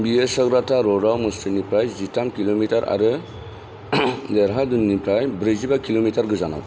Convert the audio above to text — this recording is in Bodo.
बेयो सेलबाथा रडआव मसूरीनिफ्राय जिथाम किल'मितार आरो देहरादूननिफ्राय ब्रैजिबा किलमितार गोजानाव